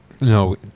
no